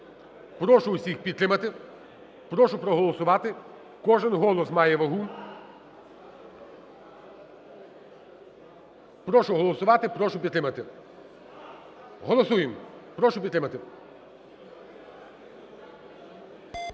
Прошу всіх підтримати, прошу проголосувати, кожен голос має вагу. Прошу голосувати, прошу підтримати. Голосуємо, прошу підтримати.